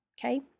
Okay